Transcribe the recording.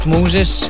Moses